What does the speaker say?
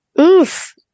Oof